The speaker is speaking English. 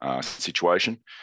situation